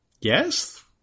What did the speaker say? Yes